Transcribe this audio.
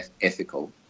ethical